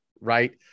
Right